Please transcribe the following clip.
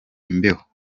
imbeho